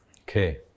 okay